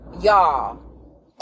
y'all